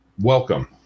welcome